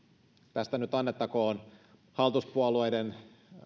tästä nyt annettakoon hallituspuolueiden